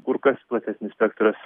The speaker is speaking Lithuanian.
kur kas platesnis spektras